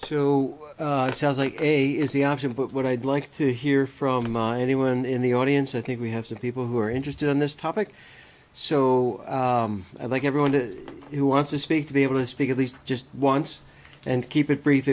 two sounds like a is the option but what i'd like to hear from mine anyone in the audience i think we have some people who are interested in this topic so i'd like everyone to who wants to speak to be able to speak at least just once and keep it br